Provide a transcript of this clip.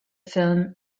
film